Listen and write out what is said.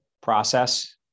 process